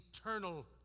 eternal